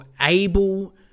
able